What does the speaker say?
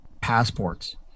Passports